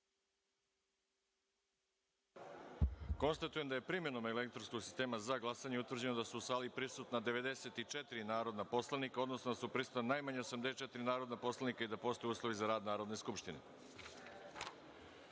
glasanje. Konstatujem da je, primenom elektronskog sistema za glasanje, utvrđeno da su u sali prisutna 94 narodna poslanika, odnosno da je prisutno najmanje 84 narodna poslanika i da postoje uslovi za rad Narodne skupštine. Da